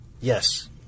Yes